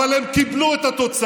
אבל הם קיבלו את התוצאה.